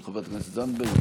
של חברת הכנסת זנדברג,